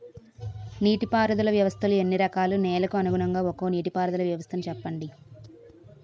నీటి పారుదల వ్యవస్థలు ఎన్ని రకాలు? నెలకు అనుగుణంగా ఒక్కో నీటిపారుదల వ్వస్థ నీ చెప్పండి?